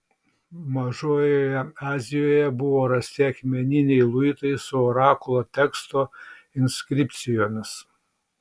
mažojoje azijoje buvo rasti akmeniniai luitai su orakulo teksto inskripcijomis